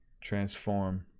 transform